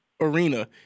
arena